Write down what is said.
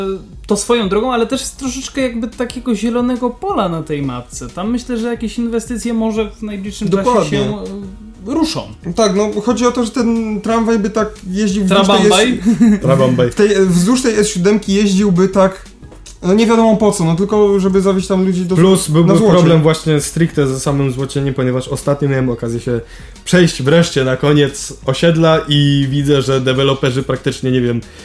to swoją drogą, ale też jest troszeczkę jakby takiego zielonego pola na tej mapce. Tam myślę, że jakieś inwestycje może w najbliższym czasie Dokładnie. się, e, ruszą. Tak, no, chodzi o to, że ten tramwaj by tak jeździł wzdłuż tej S- Trabambaj? Trabambaj. W tej, e, wzdłuż tej S7 jeździłby tak, no, nie wiadomo po co, no, tylko żeby zawieźć tam ludzi do Plus Zło- na byłby Złocień. problem właśnie stricte ze samym Złocieniem, ponieważ ostatnio miałem okazję się przejść wreszcie na koniec osiedla i widzę, że deweloperzy praktycznie, nie wiem,